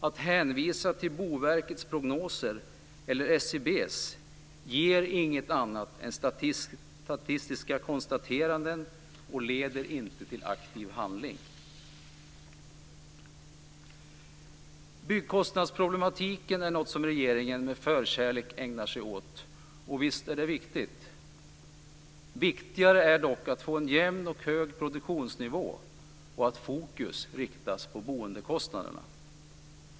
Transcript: Att hänvisa till Boverkets prognoser eller SCB:s ger inget annat än statistiska konstateranden och leder inte till aktiv handling. Byggkostnadsproblematiken är något som regeringen med förkärlek ägnar sig åt, och visst är det viktigt. Viktigare är dock att få en jämn och hög produktionsnivå och att fokus riktas på boendekostnaderna.